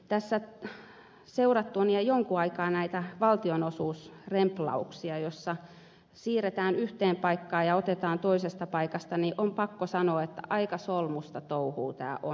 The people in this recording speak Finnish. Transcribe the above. tässä seurattuani jo jonkin aikaa näitä valtionosuusremplauksia joissa siirretään yhteen paikkaan ja otetaan toisesta paikasta on pakko sanoa että aika solmuista touhua tämä on